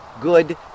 good